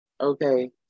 Okay